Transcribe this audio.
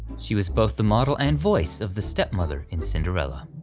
she was both the model and voice of the stepmother in cinderella.